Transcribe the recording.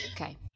Okay